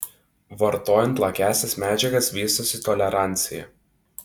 vartojant lakiąsias medžiagas vystosi tolerancija